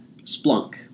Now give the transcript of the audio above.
Splunk